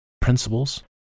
principles